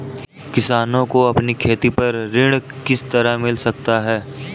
किसानों को अपनी खेती पर ऋण किस तरह मिल सकता है?